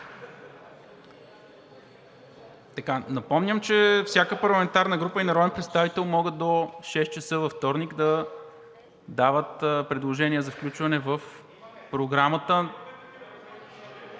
Напомням, че всяка парламентарна група и народен представител могат до 18,00 ч. във вторник да дават предложения за включване в Програмата.